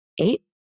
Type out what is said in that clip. eight